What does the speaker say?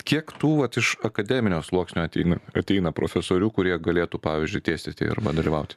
kiek tų vat iš akademinio sluoksnio ateina ateina profesorių kurie galėtų pavyzdžiui dėstyti arba dalyvauti